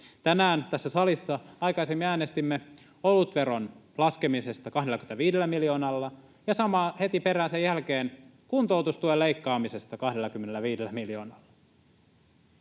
Tänään tässä salissa aikaisemmin äänestimme olutveron laskemisesta 25 miljoonalla ja heti perään sen jälkeen kuntoutustuen leikkaamisesta 25 miljoonalla.